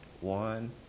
one